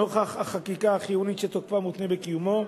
נוכח החקיקה החיונית שתוקפה מותנה בקיומו.